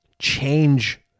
change